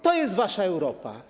To jest wasza Europa.